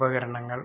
ഉപകരണങ്ങൾ